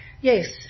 Yes